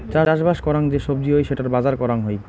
চাষবাস করাং যে সবজি হই সেটার বাজার করাং হই